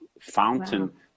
fountain